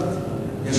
כן.